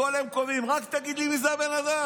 הכול הם קובעים, רק תגיד לי מי הבן אדם.